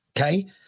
okay